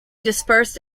dispersed